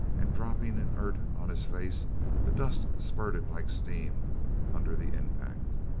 and dropping inert on his face the dust spurted like steam under the impact.